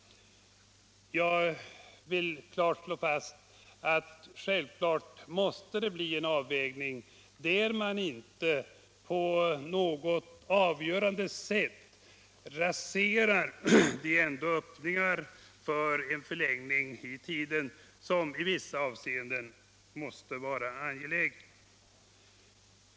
Jag vill klart slå fast att självfallet måste det bli en avvägning där man inte på något avgörande sätt raserar de öppningar för en förlängning av tiden som i vissa avseenden måste vara angelägen.